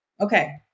okay